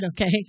okay